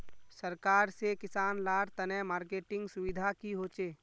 सरकार से किसान लार तने मार्केटिंग सुविधा की होचे?